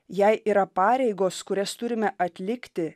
jei yra pareigos kurias turime atlikti